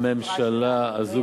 הממשלה הזו,